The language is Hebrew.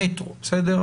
המטרו, בסדר?